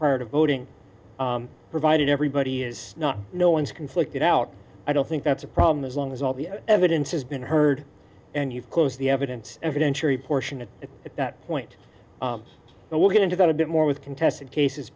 of voting provided everybody is not no one's conflicted out i don't think that's a problem as long as all the evidence has been heard and you've closed the evidence evidence very portion of it at that point but we'll get into that a bit more with contested cases